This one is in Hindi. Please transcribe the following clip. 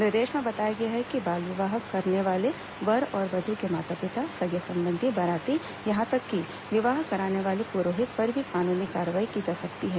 निर्देश में बताया गया है कि बाल विवाह करने वाले वर और वधु के माता पिता सगे संबंधी बाराती यहां तक कि विवाह कराने वाले पुरोहित पर भी कानूनी कार्यवाही की जा सकती है